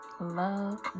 love